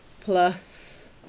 plus